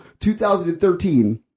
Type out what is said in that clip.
2013